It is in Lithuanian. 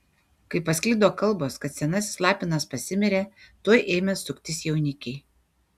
kai pasklido kalbos kad senasis lapinas pasimirė tuoj ėmė suktis jaunikiai